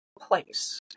place